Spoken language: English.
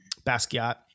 Basquiat